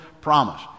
promise